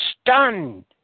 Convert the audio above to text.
stunned